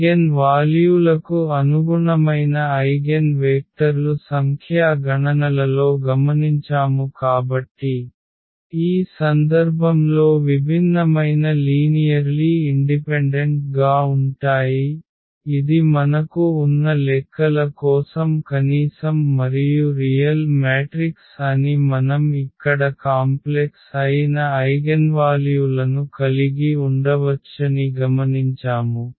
ఐగెన్వాల్యూలకు అనుగుణమైన ఐగెన్వేక్టర్లు సంఖ్యా గణనలలో గమనించాము కాబట్టి ఈ సందర్భంలో విభిన్నమైన లీనియర్లీ ఇండిపెండెంట్ గా ఉంటాయి ఇది మనకు ఉన్న లెక్కల కోసం కనీసం మరియు రియల్ మ్యాట్రిక్స్ అని మనం ఇక్కడ కాంప్లెక్స్ అయిన ఐగెన్వాల్యూలను కలిగి ఉండవచ్చని గమనించాము